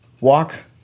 walk